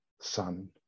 son